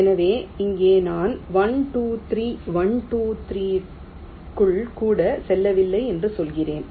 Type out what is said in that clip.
எனவே இங்கே நான் 1 2 3 1 2 3 க்குள் கூட செல்லவில்லை என்று சொல்கிறேன்